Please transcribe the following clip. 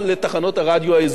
לכולם יחד flat.